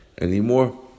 anymore